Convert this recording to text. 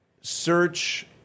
search